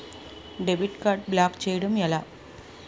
Debit card block చేయటం ఎలా?